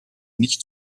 nicht